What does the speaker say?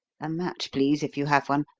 a match please, if you have one.